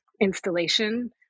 installation